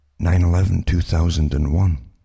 9-11-2001